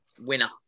winner